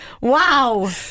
Wow